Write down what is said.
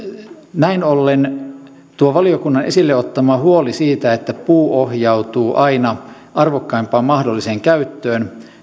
näin ollen tuo valiokunnan esille ottama huoli siitä että puu ohjautuu aina arvokkaimpaan mahdolliseen käyttöön